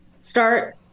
start